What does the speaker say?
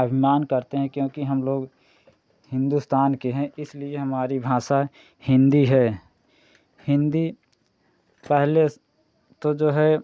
अभिमान करते हैं क्योंकि हम लोग हिंदुस्तान के हैं इसलिए हमारी भाषा हिन्दी है हिन्दी पहले तो जो है